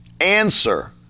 Answer